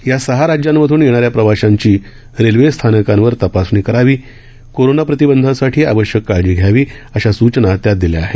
या सहा राज्यांमधून येणाऱ्या प्रवाशांची रेल्वे स्थानकांवर तपासणी करावी कोरोना प्रतिबंधासाठी आवश्यक काळजी घ्यावी अशा सूचना त्यात दिल्या आहेत